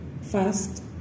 first